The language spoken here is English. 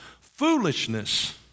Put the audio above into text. foolishness